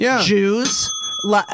Jews